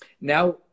now